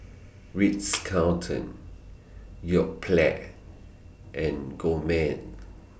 Ritz Carlton Yoplait and Gourmet